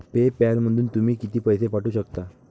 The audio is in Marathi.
पे पॅलमधून तुम्ही किती पैसे पाठवू शकता?